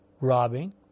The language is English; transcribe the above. robbing